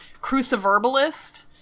cruciverbalist